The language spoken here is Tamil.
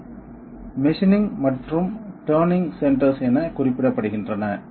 அவை மெஷினிங் மற்றும் டர்னிங் சென்டர்ஸ் என குறிப்பிடப்படுகின்றன